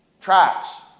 Tracks